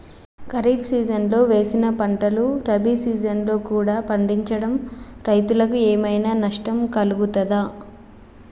ఖరీఫ్ సీజన్లో వేసిన పంటలు రబీ సీజన్లో కూడా పండించడం రైతులకు ఏమైనా నష్టం కలుగుతదా?